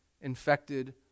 infected